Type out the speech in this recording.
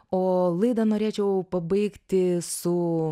o laidą norėčiau pabaigti su